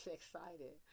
excited